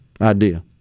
idea